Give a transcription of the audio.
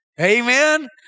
Amen